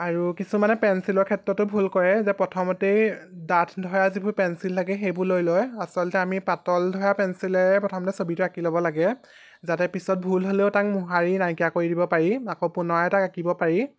আৰু কিছুমানে পেঞ্চিলৰ ক্ষেত্ৰতো ভুল কৰে যে প্ৰথমতেই ডাঠ ধৰা যিবোৰ পেঞ্চিল থাকে সেইবোৰ লৈ লয় আচলতে অমি পাতল ধৰা পেঞ্চিলেৰে প্ৰথমতে ছবিটো আঁকি ল'ব লাগে যাতে পিছত ভুল হ'লেও তাক মোহাৰি নাইকিয়া কৰি দিব পাৰি আকৌ পুনৰাই তাক আঁকিব পাৰি